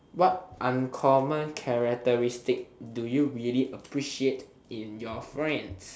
what uncommon characteristic do you really appreciate in your friends